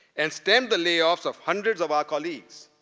and stem the layoff of hundreds of our colleague,